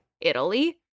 italy